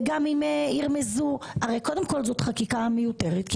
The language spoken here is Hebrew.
גם אם ירמזו הרי קודם כל זאת חקיקה מיותרת כי